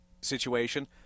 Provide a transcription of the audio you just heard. situation